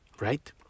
right